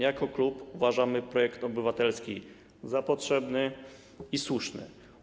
Jako klub uważamy projekt obywatelski za potrzebny i słuszny.